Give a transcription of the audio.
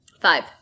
five